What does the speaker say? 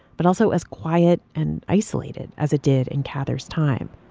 but also as quiet and isolated as it did in cather's time.